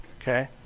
Okay